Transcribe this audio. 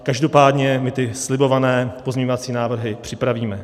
Každopádně my ty slibované pozměňovací návrhy připravíme.